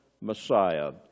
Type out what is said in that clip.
Messiah